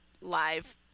live